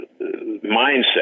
mindset